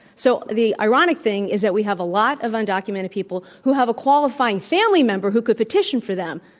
so the ironic thing is that we have a lot of undocumented people who have a qualifying family member who could petition for them,